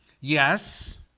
Yes